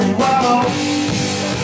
whoa